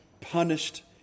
punished